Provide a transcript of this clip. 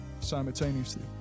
simultaneously